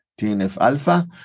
TNF-alpha